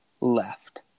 left